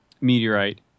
meteorite